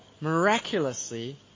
miraculously